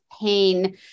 pain